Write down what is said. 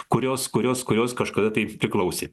kurios kurios kurios kažkada tai priklausė